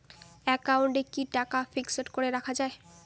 একাউন্টে কি টাকা ফিক্সড করে রাখা যায়?